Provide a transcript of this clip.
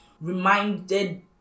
reminded